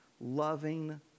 loving